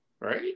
Right